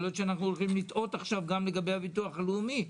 יכול להיות שאנחנו הולכים לטעות עכשיו גם לגבי הביטוח הלאומי.